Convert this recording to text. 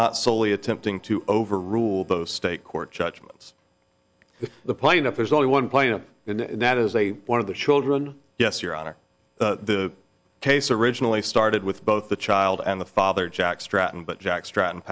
not soley attempting to overrule those state court judgments the plaintiff there's only one plaintiff and that is a one of the children yes your honor the case originally started with both the child and the father jack stratton but jack stratton